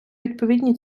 відповідні